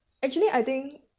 ya actually I think